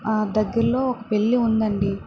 దగ్గరలో ఒక పెళ్ళి ఉందండి